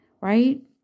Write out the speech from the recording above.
right